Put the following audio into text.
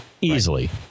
easily